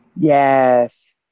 Yes